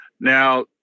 Now